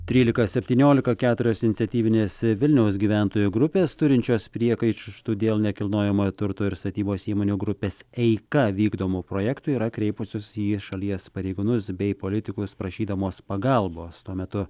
trylika septyniolika keturios iniciatyvinės vilniaus gyventojų grupės turinčios priekaištų dėl nekilnojamojo turto ir statybos įmonių grupės eika vykdomo projekto yra kreipusios į šalies pareigūnus bei politikus prašydamos pagalbos tuo metu